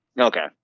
Okay